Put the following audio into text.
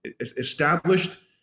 established